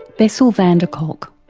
bessel van der kolk.